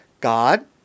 God